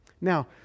Now